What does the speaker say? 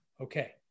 Okay